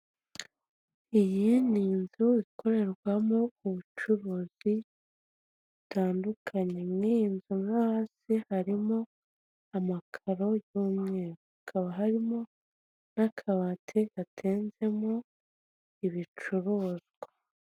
Iyi ni inzu ikorerwamo ubucuruzi butandukanye muri iyo nzu mo hasi harimo amakaro y'umweru, hakaba harimo n'akabati gatenzemo ibicuruzwa.